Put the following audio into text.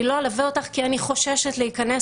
היא לא תלווה אותי כי היא חוששת להיכנס